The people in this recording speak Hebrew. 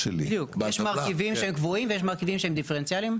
ויש מרכיבים שהם דיפרנציאלים.